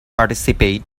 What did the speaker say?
participate